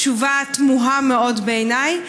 תשובה תמוהה מאוד בעיניי.